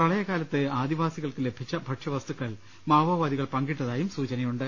പ്രളയകാലത്ത് ആദിവാസികൾക്ക് ലഭിച്ച ഭക്ഷ്യവസ്തുക്കൾ മാവോവാ ദികൾ പങ്കിട്ടതായും സൂചനയുണ്ട്